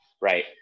Right